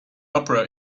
opera